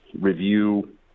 review